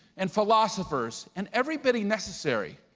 and philosophers, and everybody necessary.